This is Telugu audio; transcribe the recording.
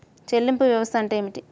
చెల్లింపు వ్యవస్థ అంటే ఏమిటి?